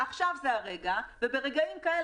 עכשיו זה הרגע וברגעים כאלה,